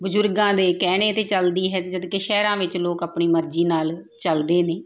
ਬਜ਼ੁਰਗਾਂ ਦੇ ਕਹਿਣੇ 'ਤੇ ਚੱਲਦੀ ਹੈ ਜਦਕਿ ਸ਼ਹਿਰਾਂ ਵਿੱਚ ਲੋਕ ਆਪਣੀ ਮਰਜ਼ੀ ਨਾਲ ਚੱਲਦੇ ਨੇ